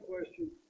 question